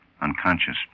unconscious